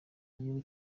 igihugu